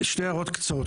שתי הערות קצרות.